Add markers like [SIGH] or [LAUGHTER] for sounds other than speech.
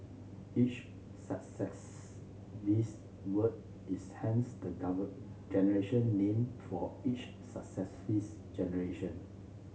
each success this word is hence the [UNINTELLIGIBLE] generation name for each success this generation